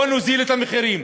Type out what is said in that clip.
בואו נוריד את המחירים,